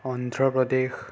Andhra Pradesh